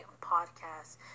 podcast